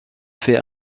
fait